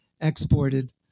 exported